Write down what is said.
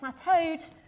plateaued